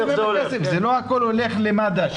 לא הכול הולך למד"א.